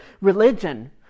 religion